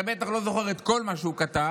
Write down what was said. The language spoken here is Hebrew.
אתה בטח לא זוכר את כל מה שהוא כתב.